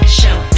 show